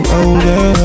older